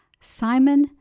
Simon